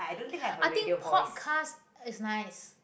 I think podcast is nice